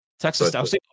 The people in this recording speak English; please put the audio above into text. Texas